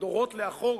דורות לאחור,